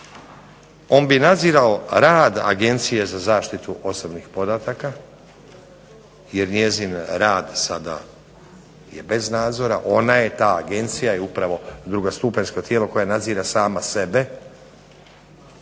on bi nadzirao rad Agencije za zaštitu osobnih podataka jer njezin rad sada je bez nadzora, ona je ta, agencija je upravo drugostupanjsko tijelo koje nadzire samo sebe